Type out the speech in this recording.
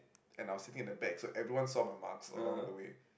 and I was sitting at the back so everyone saw my marks along the way